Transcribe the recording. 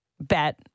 bet